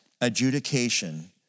adjudication